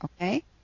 Okay